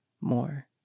more